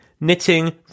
knitting